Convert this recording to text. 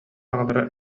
аҕалара